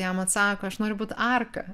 jam atsako aš noriu būt arka